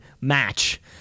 match